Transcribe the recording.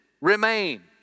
remain